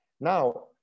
Now